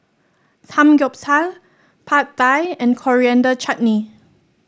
Samgeyopsal Pad Thai and Coriander Chutney